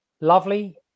lovely